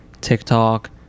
tiktok